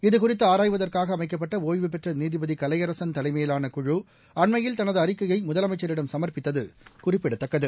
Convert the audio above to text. இதுகுறித்துஆராய்வதற்காகஅமைக்கப்பட்ட ஒய்வுபெற்றநீதிபதிகலையரசன் தலைமையிலான குழு அண்மையில் தனதுஅறிக்கையைமுதலமைச்சரிடம் சமர்ப்பித்ததுகுறிப்பிடத்தக்கது